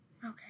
Okay